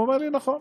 הוא אומר לי: נכון.